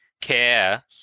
care